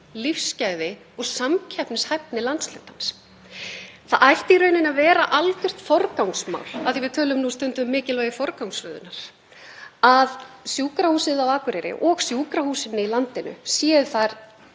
lífsgæði og samkeppnishæfni landshlutans. Það ætti í rauninni að vera algjört forgangsmál, af því að við tölum nú stundum um mikilvægi forgangsröðunar, að Sjúkrahúsið á Akureyri og sjúkrahúsin í landinu séu